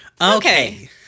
Okay